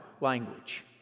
language